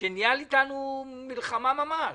שניהל אתנו מלחמה ממש,